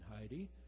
Heidi